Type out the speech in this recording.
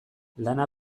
lana